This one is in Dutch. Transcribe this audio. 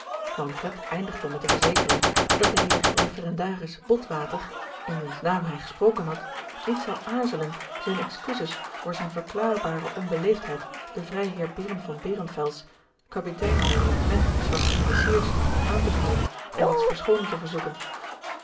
manfred eindigde met de verzekering dat de heer referendaris botwater in wiens naam hij gesproken had niet zou aarzelen zijn excuses voor zijne verklaarbare onbeleefdheid den vrijheer behren von behrenfels kapitein bij het regement zwarte kurassiers aan te bieden en diens verschoning te verzoeken